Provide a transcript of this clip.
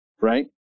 Right